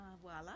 Voila